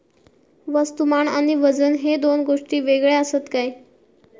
वस्तुमान आणि वजन हे दोन गोष्टी वेगळे आसत काय?